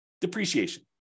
depreciation